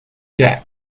jack